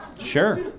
Sure